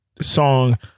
song